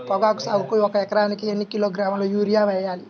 పొగాకు సాగుకు ఒక ఎకరానికి ఎన్ని కిలోగ్రాముల యూరియా వేయాలి?